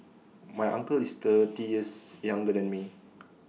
my uncle is thirty years younger than me